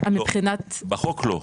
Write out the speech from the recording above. לא בחוק לא,